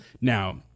Now